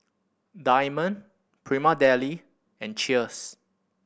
Diamond Prima Deli and Cheers